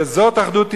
וזאת אחדות ישראל,